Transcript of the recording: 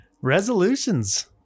Resolutions